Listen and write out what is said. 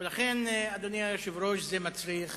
ולכן, אדוני היושב-ראש, זה מצריך